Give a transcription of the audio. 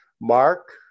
Mark